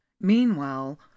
meanwhile